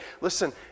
Listen